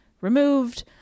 removed